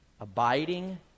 abiding